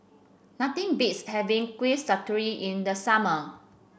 nothing beats having Kuih Sasturi in the summer